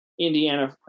Indiana